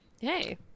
Hey